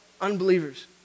unbelievers